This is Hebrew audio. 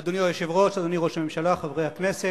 אדוני היושב-ראש, אדוני ראש הממשלה, חברי הכנסת,